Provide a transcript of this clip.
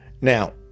Now